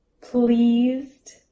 Pleased